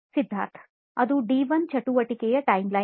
ಸಿದ್ಧಾರ್ಥ್ ಅದು ಡಿ 1 ಚಟುವಟಿಕೆಯ ಟೈಮ್ಲೈನ್